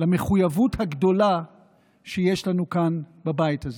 למחויבות הגדולה שיש לנו כאן בבית הזה.